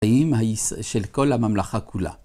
חיים של כל הממלכה כולה.